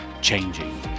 changing